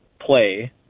play